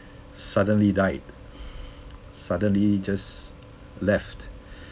suddenly died suddenly just left